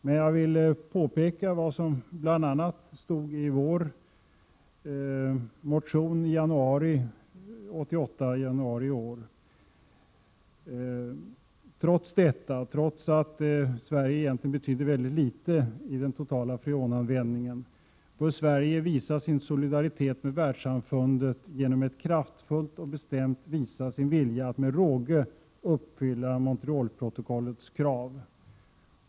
Men jag vill påpeka vad som bl.a. stod i vår motion i januari: Trots att Sverige egentligen betyder väldigt litet för den totala freonanvändningen bör Sverige visa sin solidaritet med världssamfundet genom att kraftfullt och bestämt visa sin vilja att med råge — Prot. 1987/88:134 uppfylla Montrealprotokollets krav.